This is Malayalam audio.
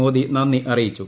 മോദി നന്ദി അറിയിച്ചു